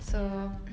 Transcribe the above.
ya